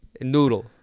noodle